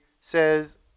says